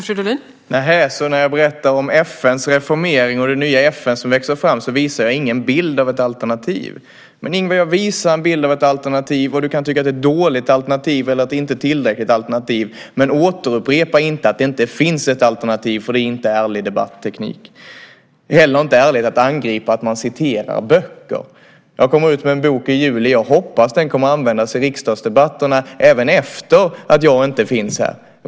Fru talman! När jag berättar om FN:s reformering och det nya FN som växer fram visar jag alltså ingen bild av ett alternativ? Men, Ingvar, jag visar en bild av ett alternativ. Du kan tycka att det är ett dåligt alternativ eller att det inte är ett tillräckligt alternativ, men upprepa inte att det inte finns ett alternativ. Det är inte ärlig debatteknik. Det är inte heller ärligt att angripa att man citerar böcker. Jag kommer ut med en bok i juli. Jag hoppas att den kommer att användas i riksdagsdebatterna även efter det att jag inte finns här.